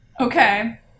Okay